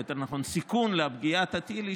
או יותר נכון הסיכון לפגיעת הטיל.